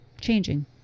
changing